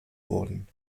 wurden